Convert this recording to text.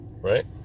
Right